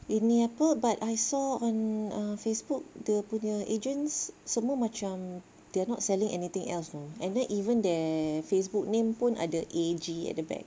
ini apa but I saw on ah Facebook dia punya agents semua macam they are not selling anything else and then even their Facebook name pun ada A_G at the back